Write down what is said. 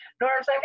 Norms